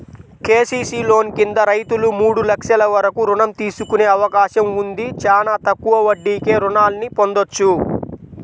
KCC loan కింద రైతులు మూడు లక్షల వరకు రుణం తీసుకునే అవకాశం ఉంది, చానా తక్కువ వడ్డీకే రుణాల్ని పొందొచ్చు